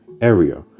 area